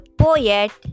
poet